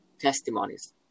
testimonies